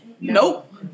Nope